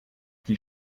die